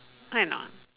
right or not